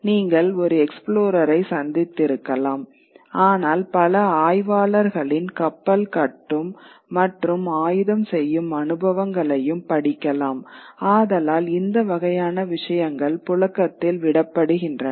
நீங்கள் ஒரு எக்ஸ்ப்ளோரரை சந்தித்திருக்கலாம் ஆனால் பல ஆய்வாளர்களின் கப்பல் கட்டும் மற்றும் ஆயுதம் செய்யும் அனுபவங்களையும் படிக்கலாம் ஆதலால் இந்த வகையான விஷயங்கள் புழக்கத்தில் விடப்படுகின்றன